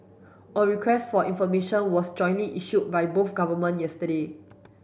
a request for information was jointly issued by both government yesterday